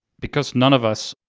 because none of us